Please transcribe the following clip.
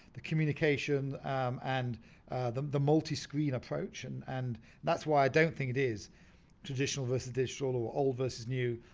the communication and the the multi screen approach and and that's why i don't think it is traditional versus digital or old versus new,